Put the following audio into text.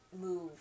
move